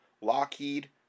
Lockheed